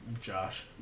Josh